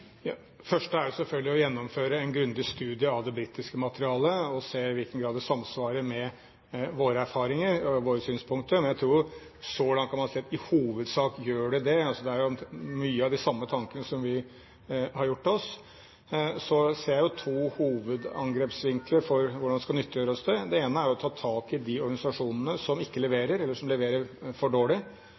er jo selvfølgelig å gjennomføre en grundig studie av det britiske materialet og se i hvilken grad det samsvarer med våre erfaringer og våre synspunkter. Men jeg tror at så langt kan man si at i hovedsak gjør det det. Det er jo mange av de samme tankene som vi har gjort oss. Så ser jeg jo to hovedangrepsvinkler for hvordan vi skal nyttiggjøre oss det. Den ene er å ta tak i de organisasjonene som ikke leverer, eller som leverer for dårlig,